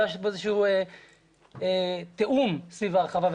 לא היה תיאום סביב ההרחבה.